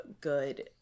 good